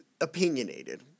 opinionated